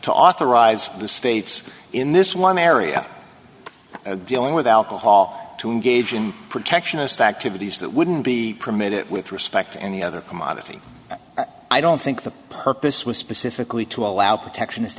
to authorize the states in this one area dealing with alcohol to engage in protectionist activities that wouldn't be permitted with respect to any other commodity i don't think the purpose was specifically to allow protectionist